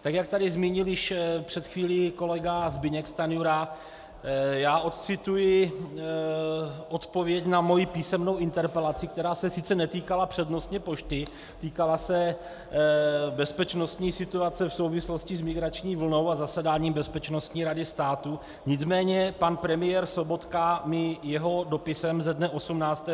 Tak jak tady zmínil už před chvílí kolega Zbyněk Stanjura, odcituji odpověď na svoji písemnou interpelaci, která se sice netýkala přednostně pošty, týkala se bezpečnostní situace v souvislosti s migrační vlnou a zasedáním Bezpečnostní rady státu, nicméně tam mi pan premiér Sobotka svým dopisem ze dne 18.